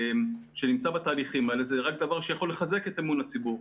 שנמצא בתהליכים האלה רק דבר שיכול לחזק את אמון הציבור.